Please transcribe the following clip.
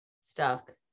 stuck